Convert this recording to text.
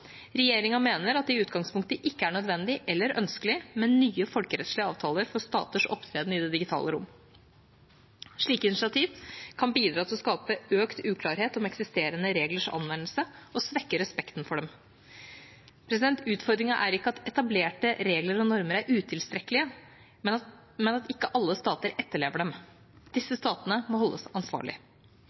Regjeringa mener at det i utgangspunktet ikke er nødvendig eller ønskelig med nye folkerettslige avtaler for staters opptreden i det digitale rom. Slike initiativ kan bidra til å skape økt uklarhet om eksisterende reglers anvendelse og svekke respekten for dem. Utfordringen er ikke at etablerte regler og normer er utilstrekkelige, men at ikke alle stater etterlever dem. Disse statene må holdes ansvarlig.